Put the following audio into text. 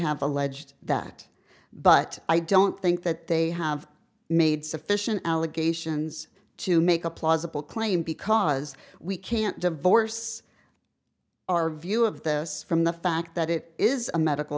have alleged that but i don't think that they have made sufficient allegations to make a plausible claim because we can't divorce our view of this from the fact that it is a medical